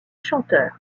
chanteurs